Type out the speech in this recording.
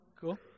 cool